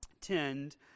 tend